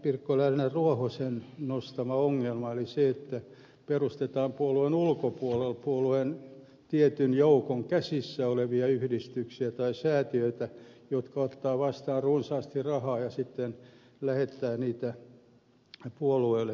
pirkko ruohonen lernerin nostama ongelma eli se että perustetaan puolueen ulkopuolelle puolueen tietyn joukon käsissä olevia yhdistyksiä tai säätiöitä jotka ottavat vastaan runsaasti rahaa ja lähettävät sitä puolueelle